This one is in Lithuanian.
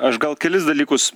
aš gal kelis dalykus